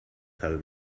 tell